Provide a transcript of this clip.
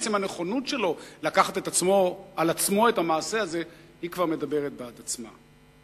עצם הנכונות שלו לקחת על עצמו את המעשה הזה כבר מדברת בעד עצמה.